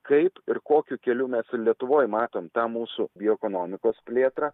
kaip ir kokiu keliu mes ir lietuvoj matom tą mūsų bioekonomikos plėtrą